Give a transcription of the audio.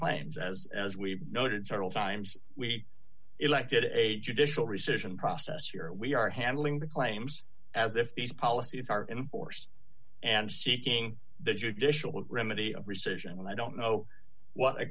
claims as as we noted several times we elected a judicial rescission process here we are handling the claims as if these policies are in force and seeking the judicial remedy of rescission i don't know what a